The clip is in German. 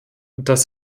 dass